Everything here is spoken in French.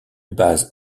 base